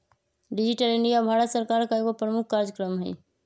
digital India Bharat सरकार का एगो प्रमुख काजक्रम हइ